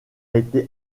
été